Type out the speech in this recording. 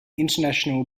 international